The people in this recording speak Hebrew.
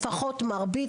לפחות מרביתם,